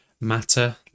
matter